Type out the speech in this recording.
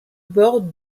bords